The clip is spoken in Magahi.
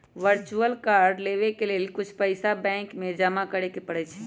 वर्चुअल कार्ड लेबेय के लेल कुछ पइसा बैंक में जमा करेके परै छै